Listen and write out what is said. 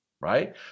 right